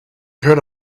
heard